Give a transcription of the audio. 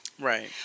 Right